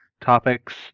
topics